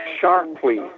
sharply